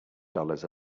dollars